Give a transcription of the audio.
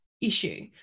issue